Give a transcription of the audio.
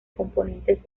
componentes